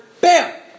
bam